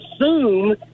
assume